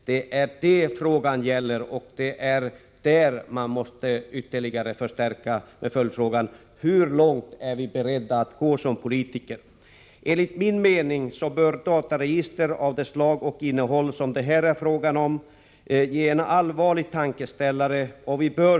Det är vad frågan gäller, och i det avseendet vill jag ställa en följdfråga: Hur långt är vi politiker beredda att gå? Enligt min mening bör dataregister av det slag och det innehåll som det här är fråga om ge oss en allvarlig tankeställare.